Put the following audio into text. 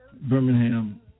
Birmingham